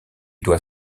doit